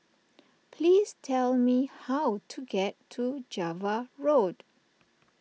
please tell me how to get to Java Road